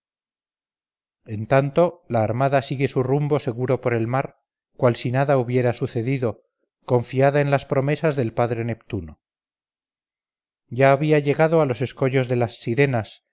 en tanto la armada sigue su rumbo seguro por el mar cual si nada hubiera sucedido confiada en las promesas del padre neptuno ya había llegado a los escollos de las sirenas